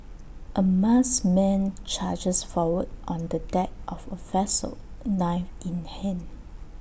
A masked man charges forward on the deck of A vessel knife in hand